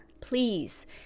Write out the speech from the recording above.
Please